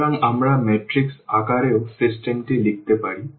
সুতরাং আমরা ম্যাট্রিক্স আকারেও সিস্টেমটি লিখতে পারি